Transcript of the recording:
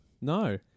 No